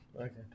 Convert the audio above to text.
Okay